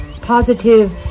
positive